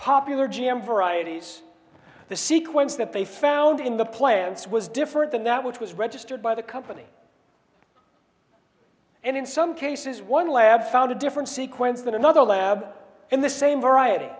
popular g m varieties the sequence that they found in the plants was different than that which was registered by the company and in some cases one lab found a different sequence than another lab and the same